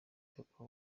papa